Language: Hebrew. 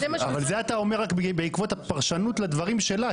ומיגור הפשיעה בחברה הערבית.